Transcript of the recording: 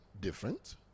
different